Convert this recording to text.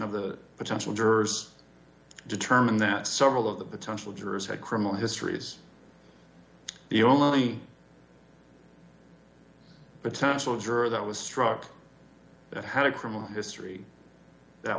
of the potential jurors determined that several of the potential jurors had criminal histories the only potential juror that was struck that had a criminal history that